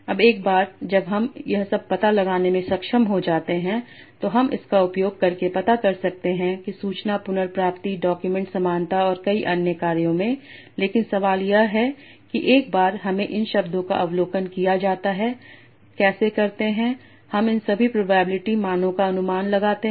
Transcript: अब एक बार जब हम यह सब पता लगाने में सक्षम हो जाते हैं तो हम इसका उपयोग करके पता कर सकते हैं सूचना पुनर्प्राप्ति डॉक्यूमेंट समानता और कई अन्य कार्यों में लेकिन सवाल यह है कि एक बार हमें इन शब्दों का अवलोकन दिया जाता है कैसे करते हैं हम इन सभी प्रोबेबिलिटी मानो का अनुमान लगाते हैं